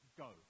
go